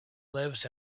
lives